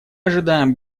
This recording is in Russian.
ожидаем